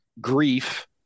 grief